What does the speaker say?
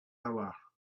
hour